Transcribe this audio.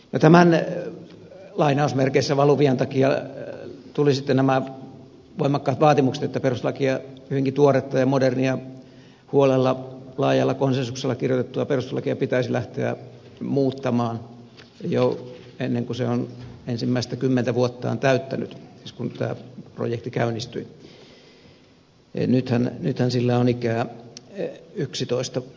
no tämän lainausmerkeissä valuvian takia tulivat sitten nämä voimakkaat vaatimukset että perustuslakia hyvinkin tuoretta ja modernia huolella laajalla konsensuksella kirjoitettua perustuslakia pitäisi lähteä muuttamaan jo ennen kuin se on ensimmäistä kymmentä vuottaan täyttänyt siis kun tämä projekti käynnistyi nythän sillä on ikää yksitoista vuotta pian